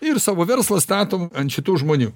ir savo verslą statom ant šitų žmonių